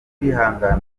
kwihangana